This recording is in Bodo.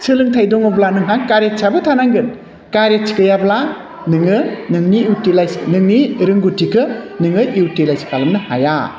सोलोंथाइ दङब्ला नोंहा कारेजआबो थानांगोन कारेज गैयाब्ला नोङो नोंनि इउटिलाइस नोंनि रोंगौथिखौ नोङो इउटिलाइस खालामनो हाया